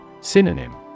Synonym